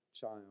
child